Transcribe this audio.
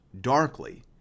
darkly